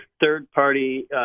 third-party